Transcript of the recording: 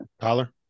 Tyler